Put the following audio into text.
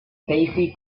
stacey